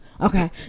Okay